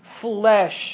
Flesh